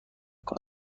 کنم